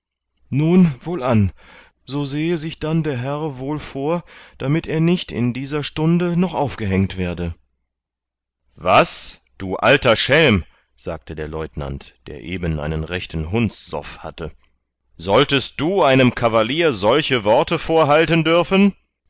nun wohlan so sehe sich dann der herr wohl vor damit er nicht in dieser stunde noch aufgehängt werde was du alter schelm sagte der leutenant der eben einen rechten hundssoff hatte solltest du einem kavalier solche worte vorhalten dürfen